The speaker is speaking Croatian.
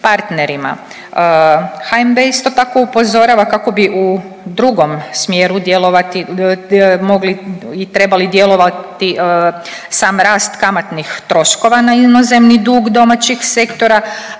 HNB-e isto tako upozorava kako bi u drugom smjeru mogli i trebali djelovati sam rast kamatnih troškova na inozemni dug domaćih sektora,